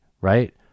right